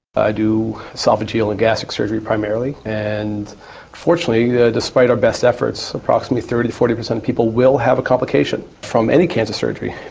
i do oesophageal and gastric surgery primarily, and unfortunately, despite our best efforts, approximately thirty percent to forty percent of people will have a complication from any cancer surgery.